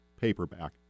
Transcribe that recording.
paperback